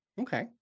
Okay